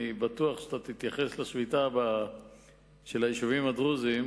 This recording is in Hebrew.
אני בטוח שתתייחס לשביתה של היישובים הדרוזיים,